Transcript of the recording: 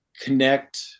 connect